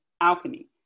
Alchemy